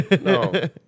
no